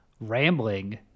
rambling